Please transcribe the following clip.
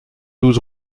douze